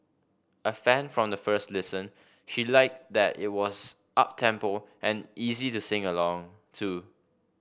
a fan from the first listen she liked that it was uptempo and easy to sing along to